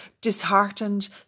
disheartened